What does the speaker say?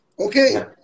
okay